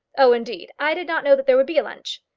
oh, indeed i did not know that there would be a lunch.